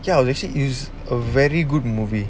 ya actually is a very good movie